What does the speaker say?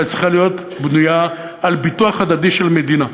צריכה להיות בנויה על ביטוח הדדי של מדינה.